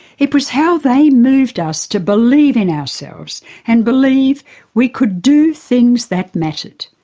it was how they moved us to believe in ourselves and believe we could do things that mattered.